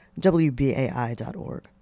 wbai.org